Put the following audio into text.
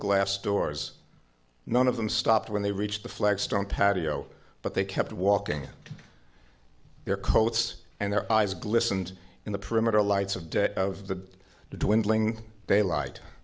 glass doors none of them stopped when they reached the flagstone patio but they kept walking their coats and their eyes glistened in the perimeter lights of debt of the to do in dealing daylight